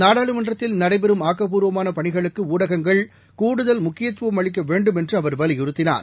நாடாளுமன்றத்தில் நடைபெறும் ஆக்கப்பூர்வமான பணிகளுக்கு ஊடகங்கள் கூடுதல் முக்கியத்துவம் அளிக்க வேண்டுமென்று அவர் வலியுறுத்தினார்